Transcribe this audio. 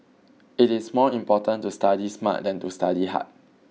it is more important to study smart than to study hard